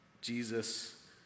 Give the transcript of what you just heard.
Jesus